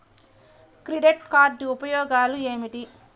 Credit card ఉపయోగాలు ఏమిటి?